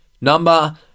Number